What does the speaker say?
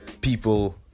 people